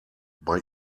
bei